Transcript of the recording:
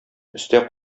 өстә